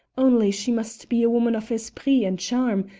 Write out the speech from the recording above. only she must be a woman of esprit and charm,